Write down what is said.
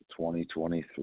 2023